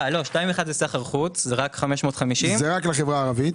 2.1 זה סחר חוץ, זה רק 550. זה רק לחברה הערבית.